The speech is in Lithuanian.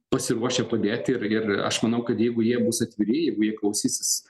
pasiruošę padėti ir ir aš manau kad jeigu jie bus atviri jeigu jie klausysis